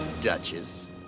Duchess